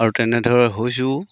আৰু তেনেদৰে হৈছোঁও